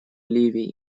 ливии